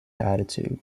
attitude